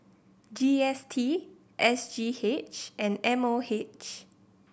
G S T S G H and M O H